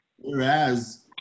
Whereas